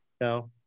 No